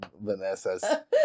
Vanessa